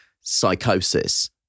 psychosis